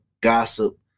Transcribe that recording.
gossip